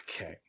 Okay